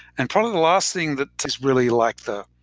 and probably the last thing that is really like the